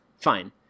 fine